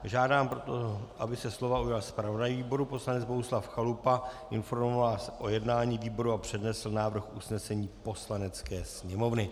Žádám proto, aby se slova ujal zpravodaj výboru poslanec Bohuslav Chalupa, informoval vás o jednání výboru a přednesl návrh usnesení Poslanecké sněmovny.